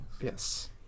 Yes